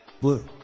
Blue